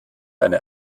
eine